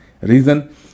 Reason